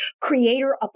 creator